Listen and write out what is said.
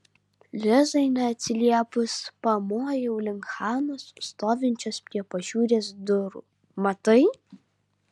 lizai neatsiliepus pamojau link hanos stovinčios prie pašiūrės durų matai